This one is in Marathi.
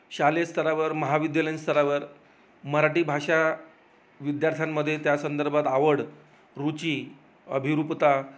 शालेय स्तरावर महाविद्यालयीन स्तरावर मराठी भाषा विद्यार्थ्यांमध्ये त्या संदर्भात आवड रुची अभिरूपता